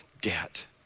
debt